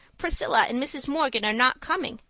priscilla and mrs. morgan are not coming,